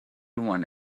one